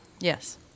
Yes